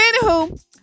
anywho